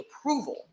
approval